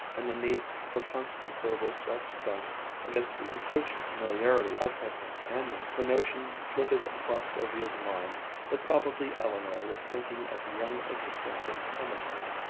and the need for constant verbal self-defense against the encroaching familiarity of her companion, the notion flitted across sylvia's mind that probably eleanor was thinking of the young assistant in chemistry.